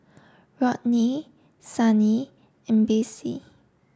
Rodney Sunny and Basil